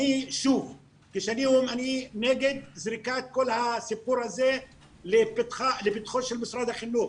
אני נגד זריקת כל הסיפור הזה לפתחו של משרד החינוך.